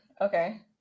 Okay